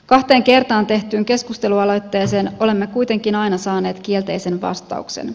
kahteen kertaan tehtyyn keskustelualoitteeseen olemme kuitenkin aina saaneet kielteisen vastauksen